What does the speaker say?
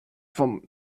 vom